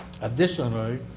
Additionally